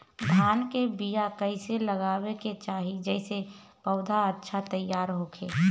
धान के बीया कइसे लगावे के चाही जेसे पौधा अच्छा तैयार होखे?